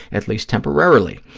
at least temporarily.